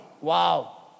Wow